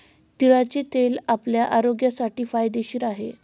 तिळाचे तेल आपल्या आरोग्यासाठी फायदेशीर आहे